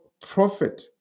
prophet